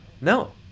no